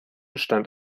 stand